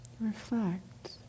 Reflect